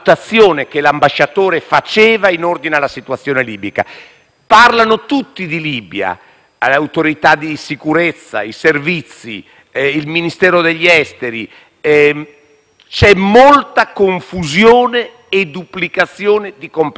Parlano tutti di Libia: le autorità di sicurezza, i Servizi, il Ministero degli esteri. C'è molta confusione e duplicazione di competenza. Io credo che i Servizi che agiscono in Libia,